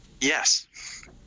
yes